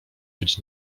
być